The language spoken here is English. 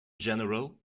general